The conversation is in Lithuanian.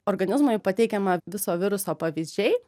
organizmui pateikiama viso viruso pavyzdžiai